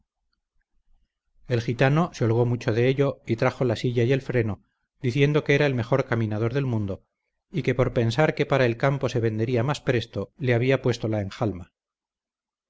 el gitano se holgó mucho de ello y trajo la silla y el freno diciendo que era el mejor caminador del mundo y que por pensar que para el campo se vendería más presto le había puesto la enjalma